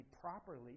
properly